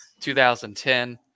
2010